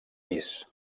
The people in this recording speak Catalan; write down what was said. pis